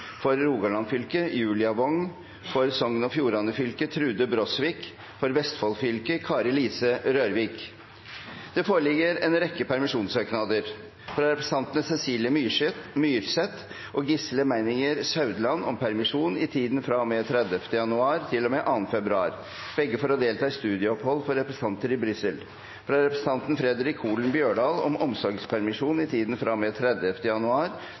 For Rogaland fylke: Julia Wong For Sogn og Fjordane fylke: Trude Brosvik For Vestfold fylke: Kari-Lise Rørvik Det foreligger en rekke permisjonssøknader: fra representantene Cecilie Myrseth og Gisle Meininger Saudland om permisjon i tiden fra og med 30. januar til og med 2. februar, begge for å delta i studieopphold for representanter i Brussel. fra representanten Fredric Holen Bjørdal om omsorgspermisjon i tiden fra og med 30. januar